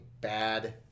bad